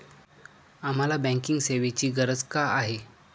आम्हाला बँकिंग सेवेची गरज का आहे?